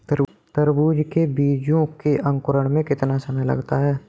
तरबूज के बीजों के अंकुरण में कितना समय लगता है?